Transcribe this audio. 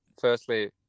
firstly